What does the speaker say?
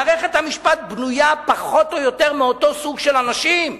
מערכת המשפט בנויה פחות או יותר מאותו סוג של אנשים.